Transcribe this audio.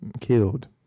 killed